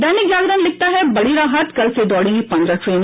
दैनिक जागरण लिखता है बड़ी राहत कल से दौड़ेंगी पन्द्रह ट्रेने